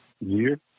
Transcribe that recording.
year